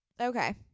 Okay